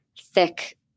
thick